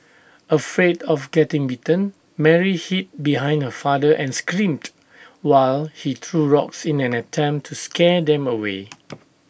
afraid of getting bitten Mary hid behind her father and screamed while he threw rocks in an attempt to scare them away